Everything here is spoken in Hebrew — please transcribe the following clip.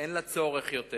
אין בה צורך יותר.